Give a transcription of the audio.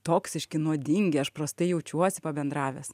toksiški nuodingi aš prastai jaučiuosi pabendravęs